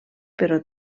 però